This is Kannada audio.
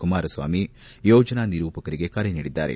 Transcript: ಕುಮಾರಸ್ವಾಮಿ ಯೋಜನಾ ನಿರೂಪಕರಿಗೆ ಕರೆ ನೀಡಿದ್ದಾರೆ